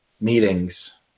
meetings